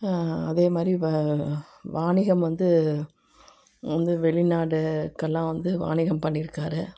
அதே மாதிரி இப்போ வாணிகம் வந்து வந்து வெளிநாடுக்கெல்லாம் வந்து வாணிகம் பண்ணிருக்கார்